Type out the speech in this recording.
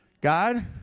God